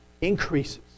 increases